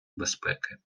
безпеки